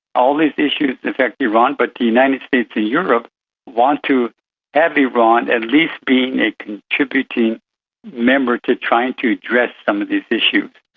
all these issues affect iran, but the united states and europe want to have iran at least being a contributing member to try and to address some of these issues.